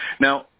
Now